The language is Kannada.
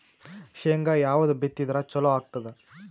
ಶೇಂಗಾ ಯಾವದ್ ಬಿತ್ತಿದರ ಚಲೋ ಆಗತದ?